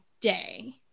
day